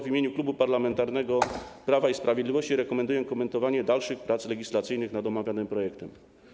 W imieniu Klubu Parlamentarnego Prawo i Sprawiedliwość rekomenduję kontynuowanie prac legislacyjnych nad omawianym projektem.